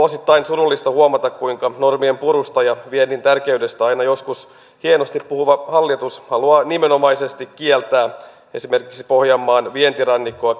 osittain surullista huomata kuinka normien purusta ja viennin tärkeydestä aina joskus hienosti puhuva hallitus haluaa nimenomaisesti kieltää esimerkiksi pohjanmaan vientirannikkoa